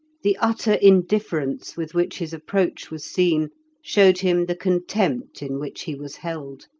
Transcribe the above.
the utter indifference with which his approach was seen showed him the contempt in which he was held.